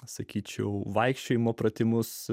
sakyčiau vaikščiojimo pratimus